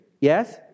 Yes